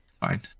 fine